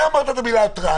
אתה אמרת את המילה התראה.